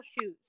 shoes